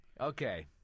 Okay